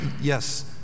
yes